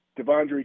Devondre